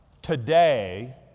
today